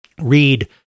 read